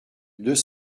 deux